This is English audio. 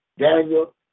Daniel